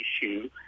issue